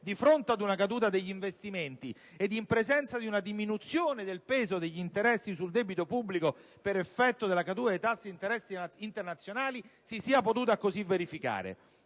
di fronte alla caduta degli investimenti ed in presenza di una diminuzione del peso degli interessi sul debito pubblico per effetto della caduta dei tassi di interesse internazionali.